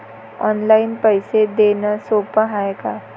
Online पैसे देण सोप हाय का?